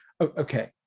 okay